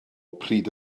pryd